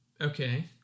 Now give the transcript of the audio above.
Okay